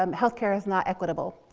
um healthcare is not equitable.